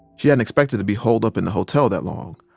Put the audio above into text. she hadn't expected to be holed up in the hotel that long.